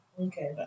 Okay